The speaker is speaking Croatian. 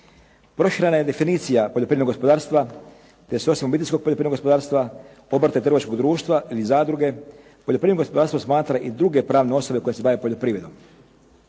Proširena je definicija poljoprivrednog gospodarstva, te svrsi obiteljskog poljoprivrednog gospodarstva, obrte trgovačkog društva, zadruge, poljoprivredno gospodarstvo smatra i druge pravne osobe koje se bave poljoprivredom.